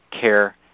care